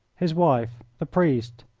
his wife, the priest,